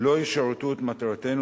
לא ישרתו את מטרתנו,